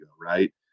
right